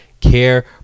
Care